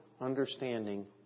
understanding